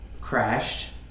crashed